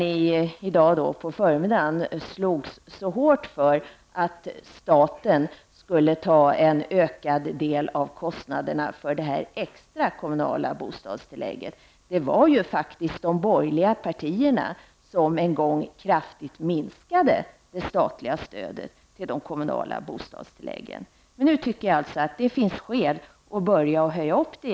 I förmiddags slogs de hårt för att staten skall ta en ökad del av kostnaderna för det extra kommunala bostadstillägget. Det var faktiskt de borgerliga partierna som en gång kraftigt minskade det statliga stödet till kommunalt bostadstillägg. Nu tycker jag alltså att det finns skäl att börja höja upp det.